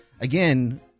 again –